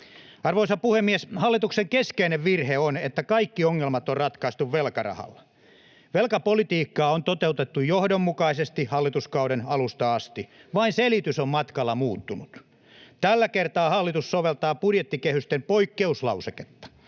Arvoisa puhemies! Hallituksen keskeinen virhe on, että kaikki ongelmat on ratkaistu velkarahalla. Velkapolitiikkaa on toteutettu johdonmukaisesti hallituskauden alusta asti, vain selitys on matkalla muuttunut. Tällä kertaa hallitus soveltaa budjettikehysten poikkeuslauseketta.